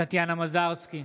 טטיאנה מזרסקי,